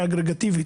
אני רואה אגרגטיבית,